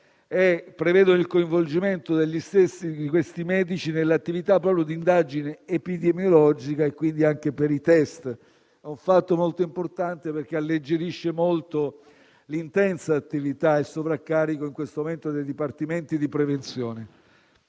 e prevedono il coinvolgimento di questi medici nell'attività di indagine epidemiologica e anche per i test. È un fatto molto importante perché alleggerisce molto l'intensa attività e il sovraccarico in questo momento del dipartimento di prevenzione.